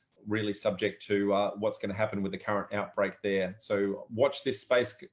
really subject to what's going to happen with the current outbreak there. so watch this space,